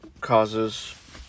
causes